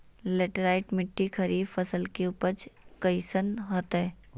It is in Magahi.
लेटराइट मिट्टी खरीफ फसल के उपज कईसन हतय?